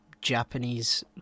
Japanese